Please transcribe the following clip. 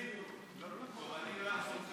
העירוניים ברשויות המקומיות (הוראת שעה)